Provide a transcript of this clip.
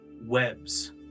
webs